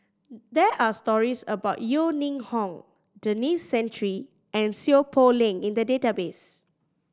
there are stories about Yeo Ning Hong Denis Santry and Seow Poh Leng in the database